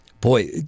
Boy